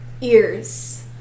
ears